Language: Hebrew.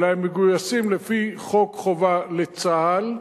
אלא הם מגויסים לפי חוק שירות ביטחון לצה"ל,